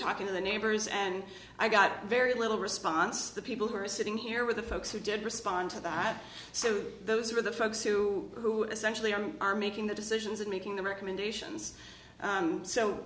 talking to the neighbors and i got very little response the people who are sitting here with the folks who did respond to that so those are the folks who essentially are are making the decisions and making the recommendations